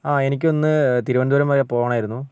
ആ എനിക്കൊന്ന് തിരുവനന്തപുരം വരെ പോവണമായിരുന്നു